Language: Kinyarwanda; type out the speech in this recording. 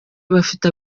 bafite